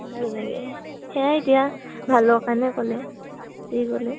ভাল লাগে সেয়াই এতিয়া ভালৰ কাৰণে ক'লে যি ক'লে